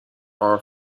are